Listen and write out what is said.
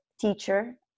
teacher